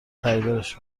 خریدارش